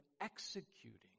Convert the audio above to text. executing